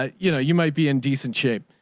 ah you know, you might be in decent shape.